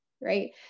right